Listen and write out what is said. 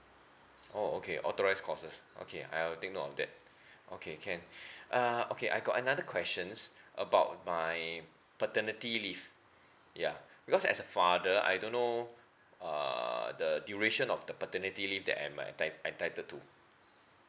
oh okay authorise courses okay I'll take note on that okay can uh okay I got another question about my paternity leave yeah because as a father I don't know err the duration of the paternity leave that I might ent~ entitled to